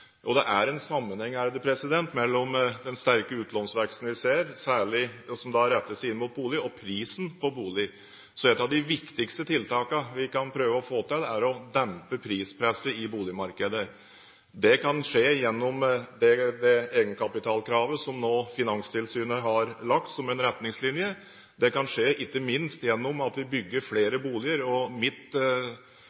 ser. Det er en sammenheng mellom den sterke utlånsveksten, særlig den som retter seg inn mot bolig, og prisen på bolig. Et av de viktigste tiltakene vi kan prøve å få til, er å dempe prispresset i boligmarkedet. Det kan skje gjennom det egenkapitalkravet som nå Finanstilsynet har lagt som en retningslinje, og det kan skje ikke minst gjennom at vi bygger